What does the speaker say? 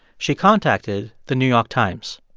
she contacted the new york times.